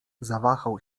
zawahał